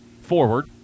forward